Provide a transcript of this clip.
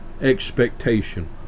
expectation